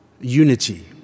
Unity